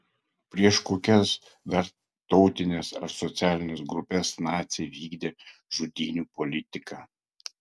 prieš kokias dar tautines ar socialines grupes naciai vykdė žudynių politiką